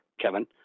Kevin